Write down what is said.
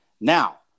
Now